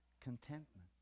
contentment